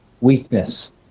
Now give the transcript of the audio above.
weakness